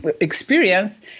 experience